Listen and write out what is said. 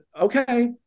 okay